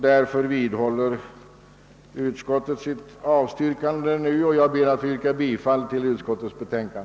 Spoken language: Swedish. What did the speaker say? Därför vidhåller utskottet nu sitt avstyrkande. Herr talman! Jag ber att få yrka bifall till bevillningsutskottets hemställan.